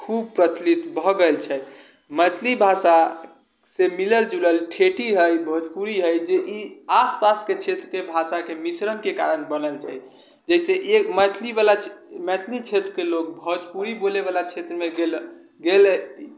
खूब प्रचलित भऽ गेल छै मैथिली भाषासँ मिलल जुलल ठेठी है भोजपुरी है जे ई आस पासके क्षेत्रके भाषाके मिश्रणके कारण बनल छै जैसे एक मैथिलीवला मैथिली क्षेत्रके लोक भोजपुरी बोलैवला क्षेत्रमे गेल गेलै